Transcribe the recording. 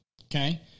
Okay